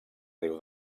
riu